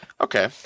Okay